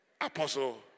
Apostle